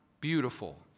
beautiful